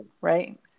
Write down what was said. right